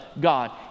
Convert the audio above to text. God